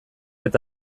eta